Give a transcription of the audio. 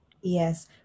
yes